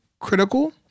critical